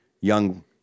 young